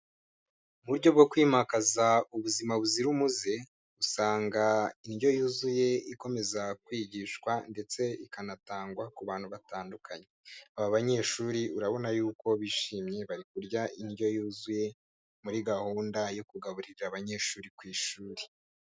Uburyo bwo kwimakaza ubuzima buzira umuze, usanga indyo yuzuye ikomeza kwigishwa, ndetse ikanatangwa ku bantu batandukanye. Aba banyeshuri urabona yuko bishimye bari kurya indyo yuzuye muri gahunda yo kugaburira abanyeshuri ku ishuri.